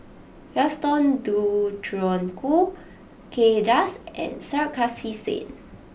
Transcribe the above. Gaston Dutronquoy Kay Das and Sarkasi Said